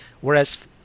Whereas